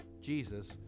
Jesus